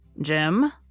Jim